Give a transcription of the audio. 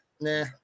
Nah